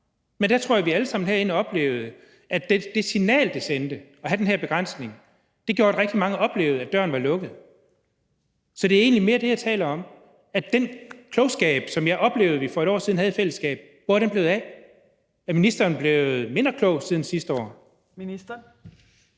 Men der tror jeg, vi alle sammen herinde oplevede, at det signal, det sendte om at have den her begrænsning, gjorde, at rigtig mange oplevede, at døren var lukket. Så det er egentlig mere det, jeg taler om. Hvor er den klogskab, som jeg oplevede vi for et år siden havde i fællesskab, blevet af? Er ministeren blevet mindre klog siden sidste år? Kl.